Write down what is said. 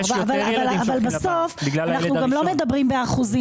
בסוף אנחנו לא מדברים באחוזים.